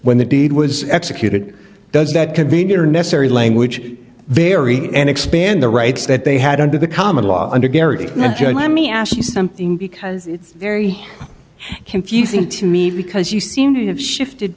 when the deed was executed does that convenient or necessary language very and expand the rights that they had under the common law under gary and joe let me ask you something because it's very confusing to me because you seem to have shifted